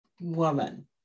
woman